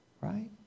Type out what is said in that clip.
right